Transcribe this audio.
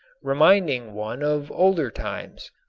reminding one of older times.